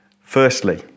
Firstly